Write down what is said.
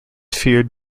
feared